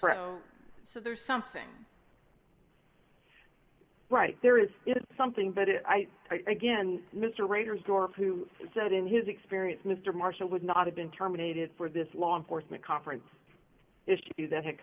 e so there's something right there is it is something but it i again mr rader's dorf who said in his experience mr marshall would not have been terminated for this law enforcement conference issue that had